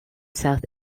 south